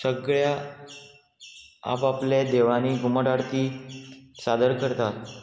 सगळ्या आपआपले देवळांनी घुमट आरती सादर करता